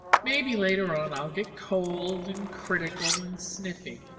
maybe later on i'll get cold and critical and sniffy.